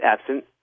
absent